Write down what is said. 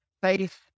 faith